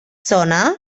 sona